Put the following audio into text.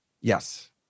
yes